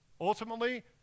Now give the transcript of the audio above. Ultimately